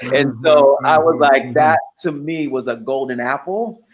and so i was like that to me was a golden apple.